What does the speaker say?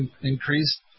increased